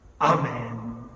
Amen